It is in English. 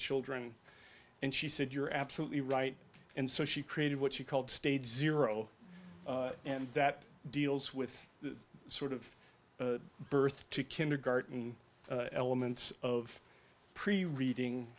children and she said you're absolutely right and so she created what she called state zero and that deals with the sort of birth to kindergarten elements of pre reading